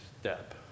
step